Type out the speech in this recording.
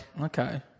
Okay